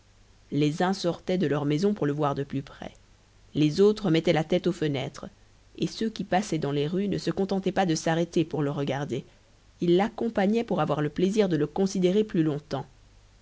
les uns sortaient de leurs maisons pour le voir de plus près les autres mettaient la tête aux fenêtres et ceux qui passaient dans les rues ne se contentaient pas de s'arrêter pour le regarder ils l'accompagnaient pour avoir le plaisir de le considérer plus longtemps